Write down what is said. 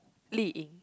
Li-Ying